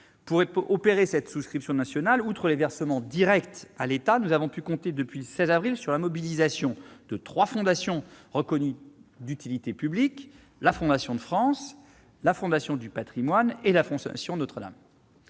Pour opérer cette souscription nationale, outre les versements directs à l'État, nous avons pu compter depuis le 16 avril sur la mobilisation de trois fondations reconnues d'utilité publique- la Fondation de France, la Fondation du patrimoine et la Fondation Notre-Dame